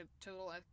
total